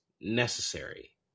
necessary